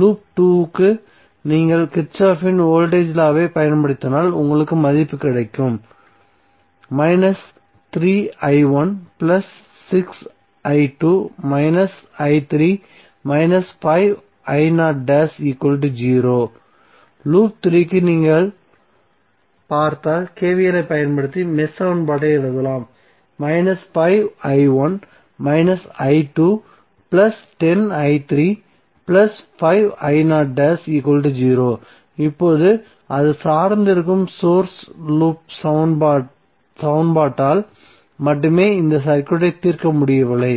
loop 2 க்கு நீங்கள் கிர்ச்சோஃப்பின் வோல்டேஜ் லாவைப் Kirchhoff's voltage law பயன்படுத்தினால் உங்களுக்கு மதிப்பு கிடைக்கும் லூப் 3 க்கு நீங்கள் பார்த்தால் KVL ஐப் பயன்படுத்தி மேஷ் சமன்பாட்டை எழுதலாம் இப்போது அது சார்ந்து இருக்கும் சோர்ஸ் லூப் சமன்பாட்டால் மட்டுமே இந்த சர்க்யூட்டை தீர்க்க முடியவில்லை